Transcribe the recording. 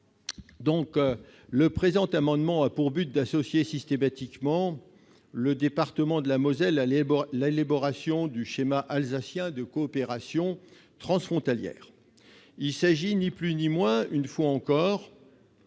précédemment. Cet amendement a pour objet d'associer systématiquement le département de la Moselle à l'élaboration du schéma alsacien de coopération transfrontalière. Il s'agit ni plus ni moins, une fois encore,